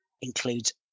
includes